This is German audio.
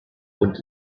und